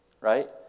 right